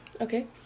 Okay